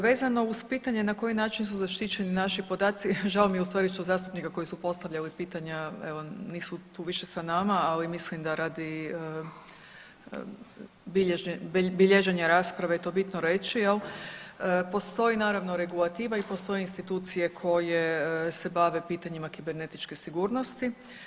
Vezano uz pitanje na koji način su zaštićeni naši podaci, žao mi je u stvari što zastupnici koji su postavljali pitanja evo nisu tu više sa nama, ali mislim da radi bilježenja rasprave je to bitno reći jel, postoji naravno regulativa i postoje institucije koje se bave pitanjima kibernetičke sigurnosti.